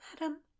Madam